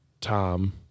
Tom